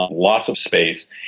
lots of space.